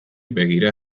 begira